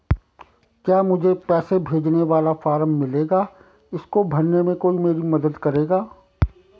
क्या मुझे पैसे भेजने वाला फॉर्म मिलेगा इसको भरने में कोई मेरी मदद करेगा?